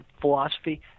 philosophy –